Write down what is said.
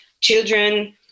children